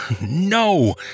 No